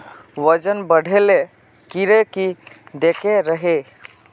वजन बढे ले कीड़े की देके रहे?